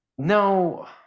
no